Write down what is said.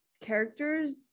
characters